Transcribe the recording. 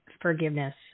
forgiveness